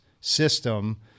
system